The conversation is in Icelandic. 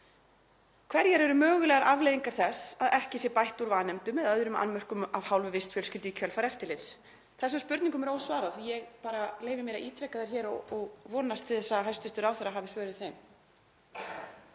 Hverjar eru mögulegar afleiðingar þess að ekki sé bætt úr vanefndum eða öðrum annmörkum af hálfu vistfjölskyldu í kjölfar eftirlits? Þessum spurningum er ósvarað og ég leyfi mér að ítreka þær hér og vonast til þess að hæstv. ráðherra hafi svör við þeim.